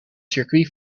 circuit